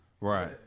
Right